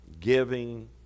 giving